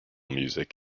music